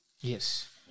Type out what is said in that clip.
Yes